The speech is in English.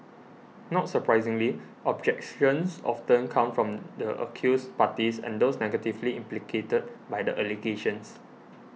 not surprisingly objections often come from the accused parties and those negatively implicated by the allegations